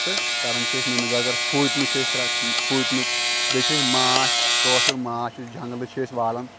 تہٕ کَران چھِ أسۍ نُنہٕ گَر گَر فوٗتنہِ چھِ أسۍ ترٛا فوٗتۍنُک بیٚیہِ چھِ أسۍ ماچھ کٲشُر ماچھ یُس جَنگلہٕ چھِ أسۍ والان